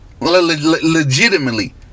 Legitimately